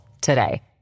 today